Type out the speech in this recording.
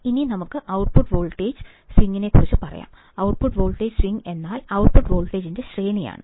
ഇനി നമുക്ക് output voltage സ്വിംഗിനെക്കുറിച്ച് പറയാം ഔട്ട്പുട്ട് വോൾട്ടേജ് സ്വിംഗ് എന്നാൽ ഔട്ട്പുട്ട് വോൾട്ടേജിന്റെ ശ്രേണിയാണ്